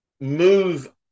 move